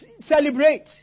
celebrate